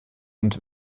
und